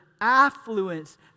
affluence